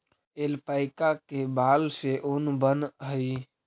alpaca के बाल से ऊन बनऽ हई